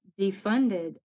defunded